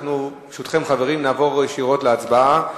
ברשותכם, חברים, נעבור ישירות להצבעה.